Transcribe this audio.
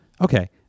okay